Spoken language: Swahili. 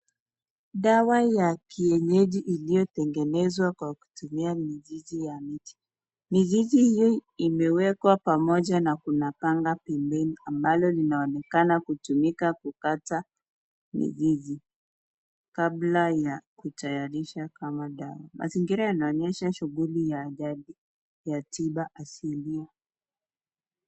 Dawa ya kienyeji iliyotengenezwa kwa kutumia mizizi ya miti . Mizizi hiyo imewekwa pamoja na kuna panga pembeni ambalo linaonekana kutumika kukata mizizi, kabla ya kutayarisha kama dawa. Mazingira yanaonyesha shughuli ya jadi ya tiba ya asilia.